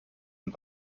und